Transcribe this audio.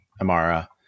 Amara